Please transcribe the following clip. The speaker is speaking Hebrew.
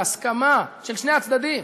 בהסכמה של שני הצדדים.